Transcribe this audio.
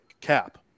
cap